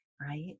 right